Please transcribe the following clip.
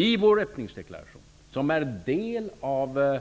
I vår öppningsdeklaration, som är en del av